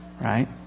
right